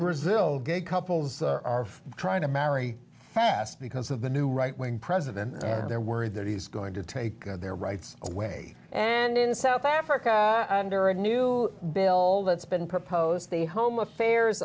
brazil gay couples are trying to marry fast because of the new right wing president and they're worried that he's going to take their rights away and in south africa new bill that's been proposed the home affairs